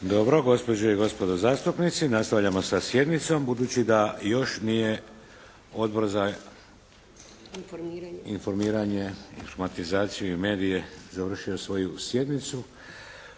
Dobro, gospođe i gospodo zastupnici nastavljamo sa sjednicom. Budući da još nije Odbor za informiranje, informatizaciju i medije završio svoju sjednicu